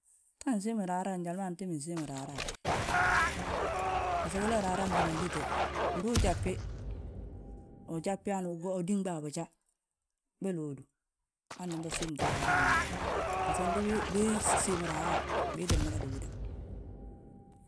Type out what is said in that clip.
gta nsiimi raayaaye njali ma antiimbi nsiim raaraaye. raaraayi bima gite, ndu ujasbi, ujasbi hanu utóo, udíŋbi a boja, belóodu. Han dembe bsiimti raaraaye bima, base ndi bii ssiim raaraaye bii tti mada lóoda.